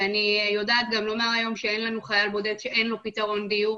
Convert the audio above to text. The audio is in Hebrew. ואני יודעת גם לומר היום שאין לנו חייל בודד שאין לו פתרון דיור.